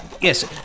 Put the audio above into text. Yes